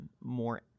more